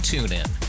TuneIn